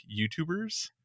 YouTubers